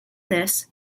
this